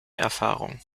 erfahrung